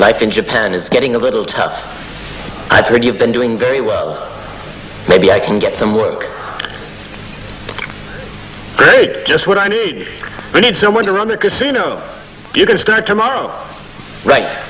like in japan is getting a little tough i've heard you've been doing very well maybe i can get some work just what i need i need someone to run a casino you can start tomorrow right